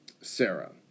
Sarah